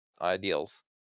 ideals